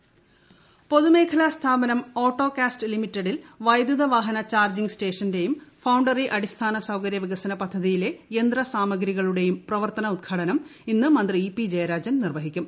ജയരാജൻ പൊതുമേഖലാ സ്ഥാപനം ഓട്ടോക്കാസ്റ്റ് ലിമിറ്റഡിൽ വൈദ്യുത വാഹന ചാർജ്ജിംഗ് സ്റ്റേഷന്റെയും ഫൌണ്ടറി അടിസ്ഥാന സൌകര്യ വികസന പദ്ധതിയിലെ യന്ത്ര സാമഗ്രികളുടെയും പ്രവർത്തന ഉദ്ഘാടനം ഇന്ന് മന്ത്രി ഇപി ജയരാജൻ നിർവഹിക്കും